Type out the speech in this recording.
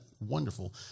wonderful